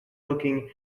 looking